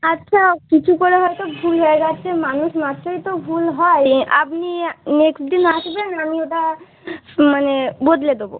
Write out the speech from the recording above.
আচ্ছা কিছু করে হয়তো ভুল হয়ে গেছে মানুষ মাত্রই তো ভুল হয় আপনি নেক্সট দিন আসবেন আমি ওটা মানে বদলে দেব